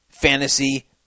Fantasy